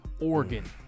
organ